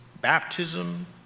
baptism